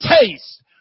taste